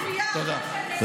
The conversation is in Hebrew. תודה.